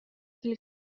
dil